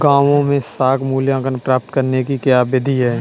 गाँवों में साख मूल्यांकन प्राप्त करने की क्या विधि है?